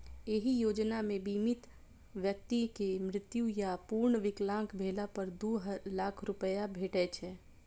एहि योजना मे बीमित व्यक्ति के मृत्यु या पूर्ण विकलांग भेला पर दू लाख रुपैया भेटै छै